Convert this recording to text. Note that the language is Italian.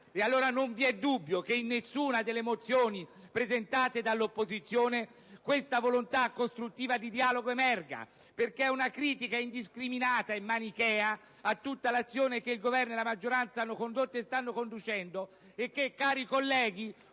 Allora, non v'è dubbio che in nessuna delle mozioni presentate dall'opposizione questa volontà costruttiva di dialogo emerge. Emerge, piuttosto, una critica indiscriminata e manichea a tutta l'azione che il Governo e la maggioranza hanno condotto e stanno conducendo. Azione che,